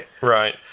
Right